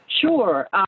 Sure